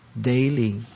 daily